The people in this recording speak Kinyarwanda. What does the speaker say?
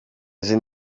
izi